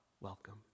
welcome